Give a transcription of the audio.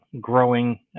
growing